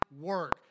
work